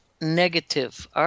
negative